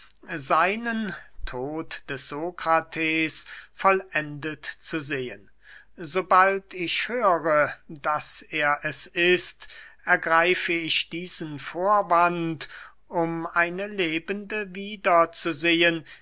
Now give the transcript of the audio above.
seinen tod des sokrates vollendet zu sehen sobald ich höre daß er es ist ergreife ich diesen vorwand um eine lebende wieder zu sehen